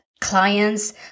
clients